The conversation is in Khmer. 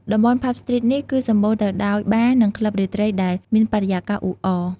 តំបន់ ផាប់ស្ទ្រីតនេះ គឺសម្បូរទៅដោយបារ និងក្លឹបរាត្រីដែល មានបរិយាកាសអ៊ូអរ។